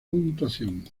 puntuación